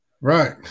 Right